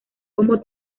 como